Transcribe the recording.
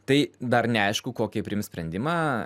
tai dar neaišku kokį priims sprendimą